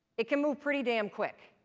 it can move pretty damn quick.